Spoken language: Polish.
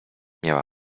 miała